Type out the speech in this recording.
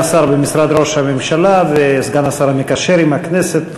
השר במשרד ראש הממשלה וסגן השר המקשר עם הכנסת,